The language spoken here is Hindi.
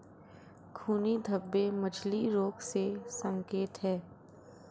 खूनी धब्बे मछली रोग के संकेत हैं